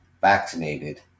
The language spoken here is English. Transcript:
vaccinated